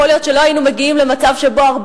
יכול להיות שלא היינו מגיעים למצב ש-40,000